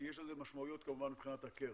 יש לזה משמעויות כמובן מבחינת הקרן.